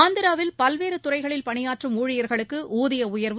ஆந்திராவில் பல்வேறு துறைகளில் பணியாற்றும் ஊழியர்களுக்கு ஊதிய உயர்வு